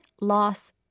loss